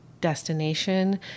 destination